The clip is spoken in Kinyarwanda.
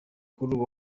mukuru